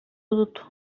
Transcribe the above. dut